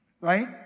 right